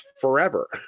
forever